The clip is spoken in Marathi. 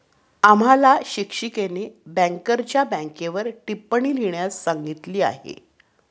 आम्हाला शिक्षिकेने बँकरच्या बँकेवर टिप्पणी लिहिण्यास सांगितली आहे